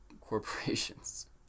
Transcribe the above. corporations